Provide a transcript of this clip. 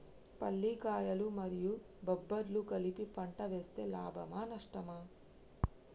పల్లికాయలు మరియు బబ్బర్లు కలిపి పంట వేస్తే లాభమా? నష్టమా?